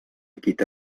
quita